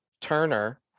Turner